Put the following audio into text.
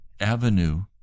avenue